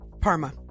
Parma